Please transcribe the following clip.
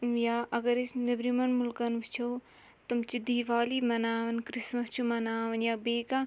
یا اگر أسۍ نیٚبرِمیٚن مُلکَن وُچھو تِم چھِ دیٖوالی مَناوان کِرٛسمَس چھِ مَناوان یا بیٚیہِ کانٛہہ